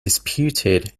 disputed